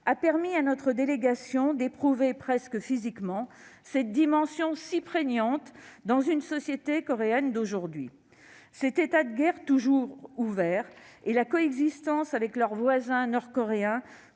a permis à notre délégation d'éprouver pleinement cette dimension si prégnante dans la société coréenne d'aujourd'hui. L'état de guerre qui perdure et la coexistence avec leur voisin nord-coréen